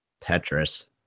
Tetris